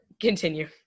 continue